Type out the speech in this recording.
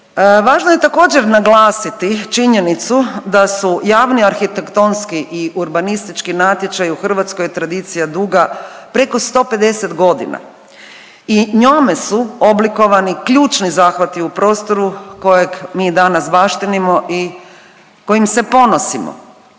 Važno je također naglasiti činjenicu da su javni arhitektonski i urbanistički natječaji u Hrvatskoj tradicija duga preko 150 godina i njome su oblikovani ključni zahvati u prostoru kojeg mi danas baštinimo i kojim se ponosimo.